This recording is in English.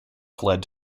fled